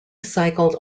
cycled